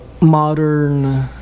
modern